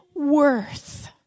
Worth